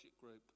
group